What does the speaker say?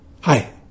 hi